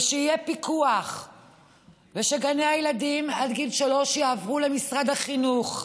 ושיהיה פיקוח ושגני הילדים עד גיל שלוש יעברו למשרד החינוך,